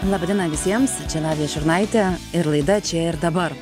laba diena visiems čia lavija šurnaitė ir laida čia ir dabar